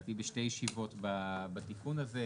לדעתי בשתי ישיבות בתיקון הזה,